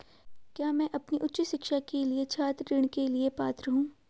क्या मैं अपनी उच्च शिक्षा के लिए छात्र ऋण के लिए पात्र हूँ?